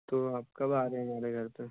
تو آپ کب آ رہے ہیں میرے گھر پے